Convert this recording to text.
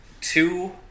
two